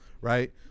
right